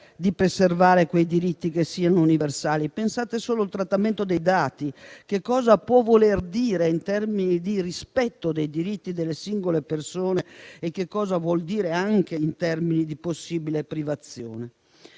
di preservare quei diritti affinché siano universali? Pensate solo al trattamento dei dati: che cosa può voler dire in termini di rispetto dei diritti delle singole persone, e che cosa vuol dire anche in termini di possibile privazione.